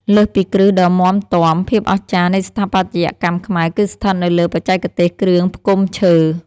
លើសពីគ្រឹះដ៏មាំទាំ ភាពអស្ចារ្យនៃស្ថាបត្យកម្មខ្មែរគឺស្ថិតនៅលើ បច្ចេកទេសគ្រឿងផ្គុំឈើ។